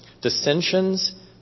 dissensions